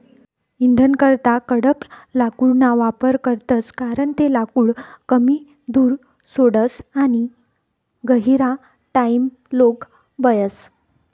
इंधनकरता कडक लाकूडना वापर करतस कारण ते लाकूड कमी धूर सोडस आणि गहिरा टाइमलोग बयस